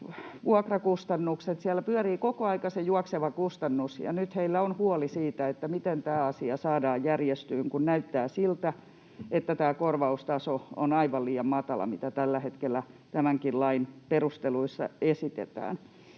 siellä pyörii koko ajan se juokseva kustannus, ja nyt heillä on huoli siitä, miten tämä asia saadaan järjestymään, kun näyttää siltä, että tämä korvaustaso on aivan liian matala, mitä tällä hetkellä tämänkin lain perusteluissa esitetään.